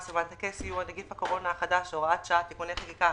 ומענקי סיוע (נגיף הקורונה החדש הוראת שעה תיקוני חקיקה),